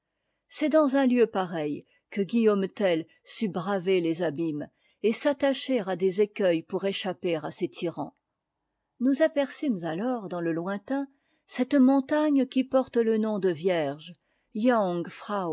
c'est dans un lieu pareil que guillaume tell sut braver les abîmes et s'attacher à des écueils pour échapper à ses tyrans nous aperçûmes alors dans le lointain cette montagne qui porte le nom de vierge